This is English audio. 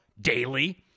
daily